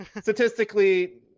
statistically